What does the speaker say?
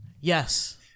Yes